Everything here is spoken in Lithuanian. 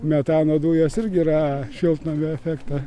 metano dujos irgi yra šiltnamio efektą